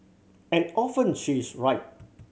and often she is right